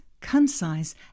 concise